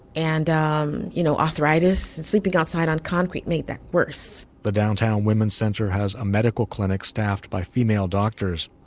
and um you know arthritis sleeping outside on concrete made that worse. the downtown women's center has a medical clinic staffed by female doctors.